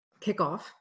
kickoff